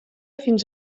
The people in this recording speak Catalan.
fins